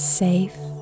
safe